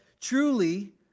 Truly